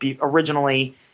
originally